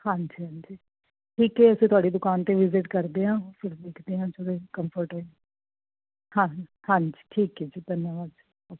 ਹਾਂਜੀ ਹਾਂਜੀ ਠੀਕ ਹ ਅਸੀਂ ਤੁਹਾਡੀ ਦੁਕਾਨ ਤੇ ਵਿਜਿਟ ਕਰਦੇ ਆਂ ਫਿਰ ਦੇਖਦੇ ਆਂ ਜਦੋਂ ਕੰਫਰਟੇ ਹਾਂਜੀ ਠੀਕ ਏ ਧੰਨੇਵਾਦ ਓਕੇ